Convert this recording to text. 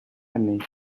années